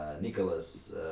Nicholas